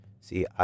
See